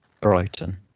brighton